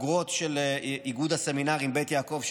ואני רוצה מכאן גם לברך את הבוגרות של איגוד הסמינרים בית יעקב,